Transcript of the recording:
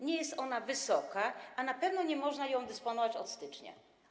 Nie jest ona wysoka, a na pewno nie można dysponować nią od stycznia.